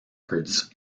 records